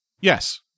Yes